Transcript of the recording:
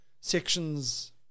sections